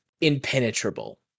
impenetrable